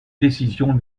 décision